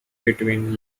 between